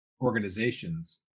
organizations